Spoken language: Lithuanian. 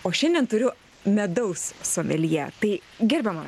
o šiandien turiu medaus someljė tai gerbiama